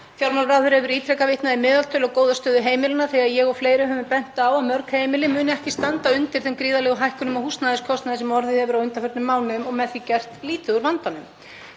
Fjármálaráðherra hefur ítrekað vitnað í meðaltöl og góða stöðu heimilanna þegar ég og fleiri höfum bent á að mörg heimili munu ekki standa undir þeim gríðarlegu hækkunum á húsnæðiskostnaði sem orðið hafa á undanförnum mánuðum og með því gert lítið úr vandanum.